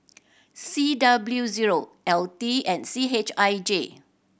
C W zero L T and C H I J